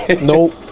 Nope